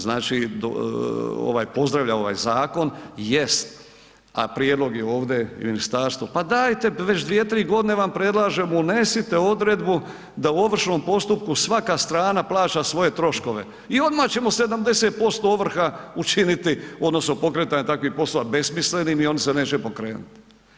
znači pozdravlja ovaj zakon, jest, a prijedlog je ovdje, ministarstvo, pa dajte, već 2, 3 godine vam predlažemo, unesite odredbu da u ovršnom postupku svaka strana plaća svoje troškove i odmah ćemo 70% ovrha učiniti, odnosno pokretanja takvih poslova besmislenim i oni se neće pokrenuti.